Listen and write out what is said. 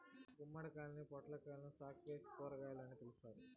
గుమ్మడికాయ, పొట్లకాయలను స్క్వాష్ కూరగాయలు అని పిలుత్తారు